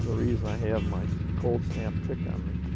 reason i have my cold snap pick on me.